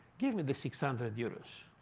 give me the six hundred euros.